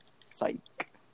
psych